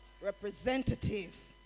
representatives